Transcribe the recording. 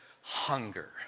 hunger